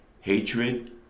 hatred